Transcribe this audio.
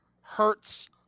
hurts